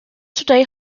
today